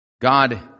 God